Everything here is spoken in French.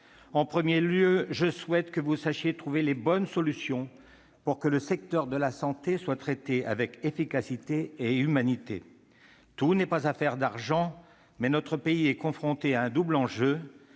d'abord, je souhaite que vous sachiez trouver les bonnes solutions pour que le secteur de la santé soit traité avec efficacité et humanité. Tout n'est pas affaire d'argent, mais notre pays est confronté à un double enjeu